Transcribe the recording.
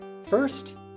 First